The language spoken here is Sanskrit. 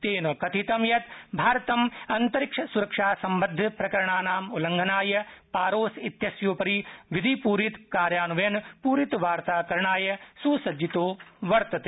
तेन कथितं यत् भारतं अंतरिक्षस्रक्षा सम्बद्धप्रकरणानां उल्लंङ्घनाय पारोस इत्यस्योपरि विधिपूरितकार्यान्वनपूरितवार्ताकरणाय सुसज्जितो वर्तते